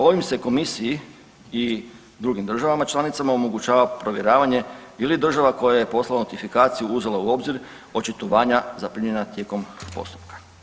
Ovim se Komisiji i drugim državama članicama omogućava provjeravanje je li država koja je poslala notifikaciju uzela u obzir očitovanja zaprimljena tijekom postupka.